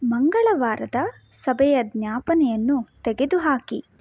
ಮಂಗಳವಾರದ ಸಭೆಯ ಜ್ಞಾಪನೆಯನ್ನು ತೆಗೆದುಹಾಕಿ